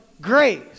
grace